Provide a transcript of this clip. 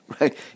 Right